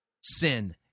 sin